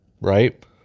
right